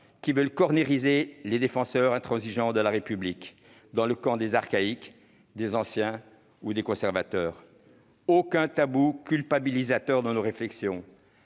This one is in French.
qui veulent « cornériser » les défenseurs intransigeants de la République, les acculer dans le camp des archaïques, des anciens ou des conservateurs. Aucun tabou culpabilisateur ne s'immiscera